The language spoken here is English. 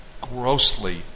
grossly